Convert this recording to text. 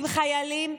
עם חיילים,